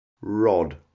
Rod